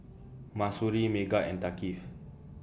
Mahsuri Megat and Thaqif